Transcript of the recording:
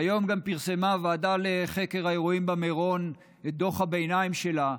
והיום גם פרסמה הוועדה לחקר האירועים במירון את דוח הביניים שלה,